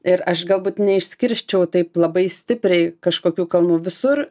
ir aš galbūt neišskirsčiau taip labai stipriai kažkokių kalnų visur